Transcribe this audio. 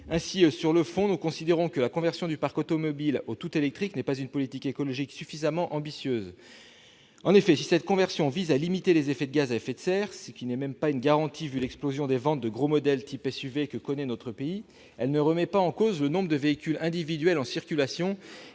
Sur le fond, nous considérons que la conversion du parc automobile au tout électrique n'est pas une politique écologique suffisamment ambitieuse. En effet, si cette conversion vise à limiter les effets des gaz à effet de serre- ce n'est même pas une garantie au vu de l'explosion des ventes de gros modèles de véhicules type SUV que connaît notre pays -, elle ne remet pas en cause le nombre de véhicules individuels en circulation,